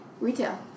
Retail